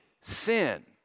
sin